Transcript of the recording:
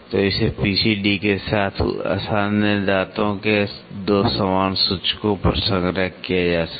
तो इसे P C D के साथ आसन्न दांतों के दो समान सूचकों पर संग्रह किया जा सकता है